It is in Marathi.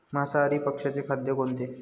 मांसाहारी पक्ष्याचे खाद्य कोणते?